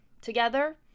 together